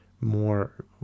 more